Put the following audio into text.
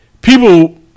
people